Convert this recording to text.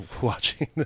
watching